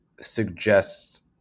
suggests